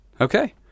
okay